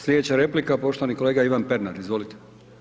Slijedeća replika poštovani kolega Ivan Pernar, izvolite.